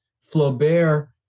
Flaubert